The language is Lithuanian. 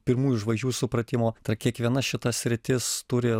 pirmųjų žvaigždžių supratimo ta kiekviena šita sritis turi